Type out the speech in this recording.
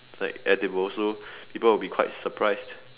like edible so people would be quite surprised